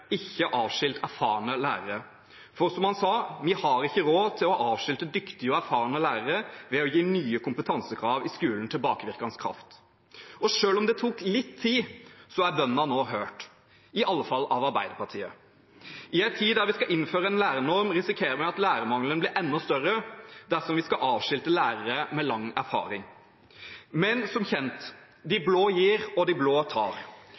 ikke å avskilte erfarne lærere. For som han sa: «Vi har ikke råd til å avskilte dyktige og erfarne lærere ved å gi nye kompetansekrav i skolen tilbakevirkende kraft.» Selv om det tok litt tid, er bønnen nå hørt, i alle fall av Arbeiderpartiet. I en tid da vi skal innføre en lærernorm, risikerer vi at lærermangelen blir enda større dersom vi skal avskilte lærere med lang erfaring. Men som kjent: De blå gir, og de blå tar.